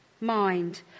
mind